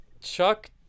Chuck